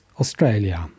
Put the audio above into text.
Australia